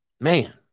Man